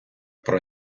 про